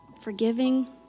forgiving